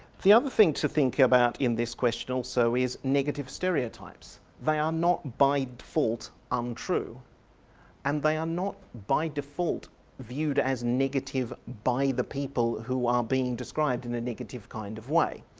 the other thing to think about in this question also is negative stereotypes. they are not by default untrue and they are not by default viewed as negative by the people who are being described in a negative kind of way.